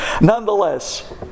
Nonetheless